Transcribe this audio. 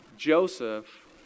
Joseph